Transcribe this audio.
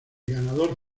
ganador